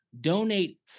donate